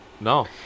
No